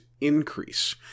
increase